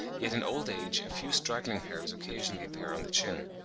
yet in old age a few straggling hairs occasionally appear on the chin.